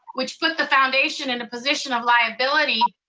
which put the foundation in a position of liability,